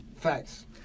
Facts